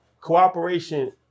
cooperation